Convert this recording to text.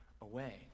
away